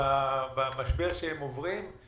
במשבר שהם עוברים.